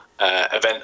event